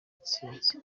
intsinzi